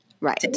Right